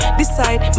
decide